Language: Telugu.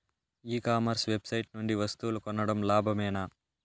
ఈ కామర్స్ వెబ్సైట్ నుండి వస్తువులు కొనడం లాభమేనా?